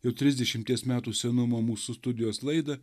jau trisdešimties metų senumo mūsų studijos laidą